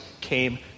came